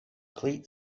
cleat